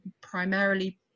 primarily